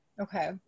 Okay